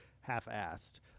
half-assed